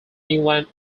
england